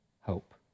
hope